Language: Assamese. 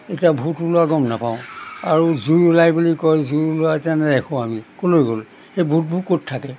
এতিয়া ভূত ওলোৱা গম নাপাওঁ আৰু জুই ওলাই বুলি কয় জুই ওলোৱা এতিয়া নেদেখোঁ আমি ক'লৈ গ'ল সেই ভূতবোৰ ক'ত থাকে